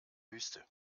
wüste